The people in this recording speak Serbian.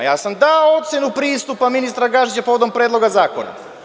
Ja sam dao ocenu pristupa ministra Gašića povodom predloga zakona.